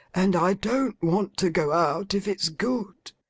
and i don't want to go out if it's good